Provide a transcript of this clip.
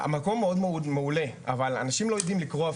המקום מעולה, אבל אנשים לא יודעים לקרוא.